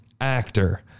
actor